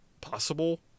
possible